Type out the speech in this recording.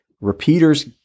repeaters